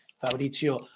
Fabrizio